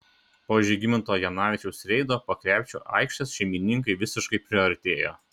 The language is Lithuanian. po žygimanto janavičiaus reido po krepšiu aikštės šeimininkai visiškai priartėjo